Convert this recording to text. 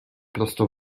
prosto